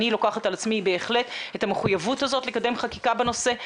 אני לוקחת על עצמי בהחלט את המחויבות לקדם חקיקה בנושא.